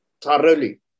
thoroughly